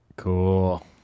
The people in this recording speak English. Cool